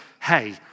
hey